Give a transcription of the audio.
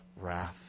wrath